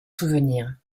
souvenirs